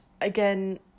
again